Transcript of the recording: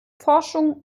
forschung